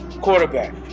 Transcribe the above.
quarterback